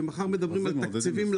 ומחר מדברים על תקציבים.